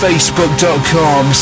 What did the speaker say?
Facebook.com